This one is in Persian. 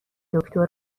دکتر